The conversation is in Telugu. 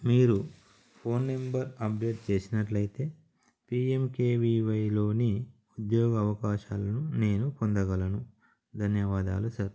మీరు ఫోన్ నెంబర్ అప్డేట్ చేసినట్లయితే పీ ఎం కే వీ వైలోని ఉద్యోగ అవకాశాలను నేను పొందగలను ధన్యవాదాలు సర్